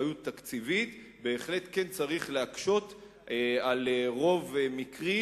אחריות תקציבית בהחלט כן צריך להקשות על רוב מקרי,